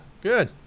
Good